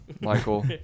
michael